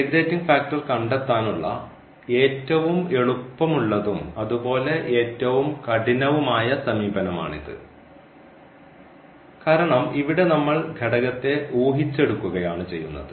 integrating factor കണ്ടെത്താനുള്ള ഏറ്റവും എളുപ്പമുള്ളതും അതുപോലെ ഏറ്റവും കഠിനവുമായ സമീപനമാണിത് കാരണം ഇവിടെ നമ്മൾ ഘടകത്തെ ഊഹിച്ചെടുക്കുകയാണ് ചെയ്യുന്നത്